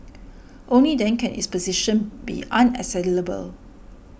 only then can its position be unassailable